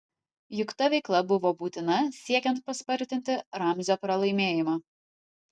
juk ta veikla buvo būtina siekiant paspartinti ramzio pralaimėjimą